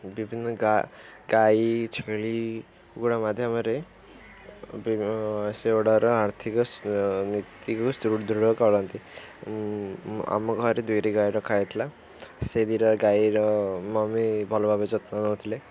ବିଭିନ୍ନ ଗାଈ ଛେଳି ଗୁଡ଼ା ମାଧ୍ୟମରେ ସେଗୁଡ଼ାର ଆର୍ଥିକ ନୀତିକୁ ସ୍ତୃଦୃଢ଼ କରନ୍ତି ଆମ ଘରେ ଦୁଇଟି ଗାଈ ରଖାହେଇଥିଲା ସେ ଦିନର ଗାଈର ମମି ଭଲ ଭାବେ ଯତ୍ନ ନେଉଥିଲେ